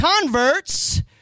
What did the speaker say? converts